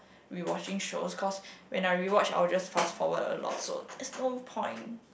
rewatching shows cause when I rewatch I will just fast forward a lot so there's not point